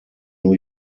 new